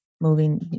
moving